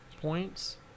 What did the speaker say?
points